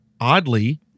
oddly